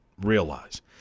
realize